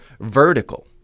vertical